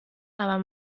aber